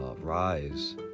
rise